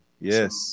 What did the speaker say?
yes